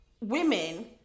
women